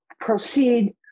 proceed